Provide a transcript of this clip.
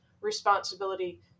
responsibility